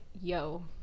yo